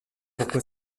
pourquoi